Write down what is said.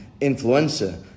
influenza